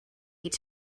need